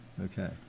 Okay